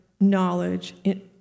knowledge